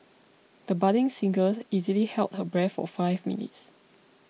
the budding singers easily held her breath for five minutes